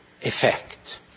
effect